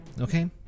okay